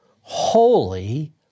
holy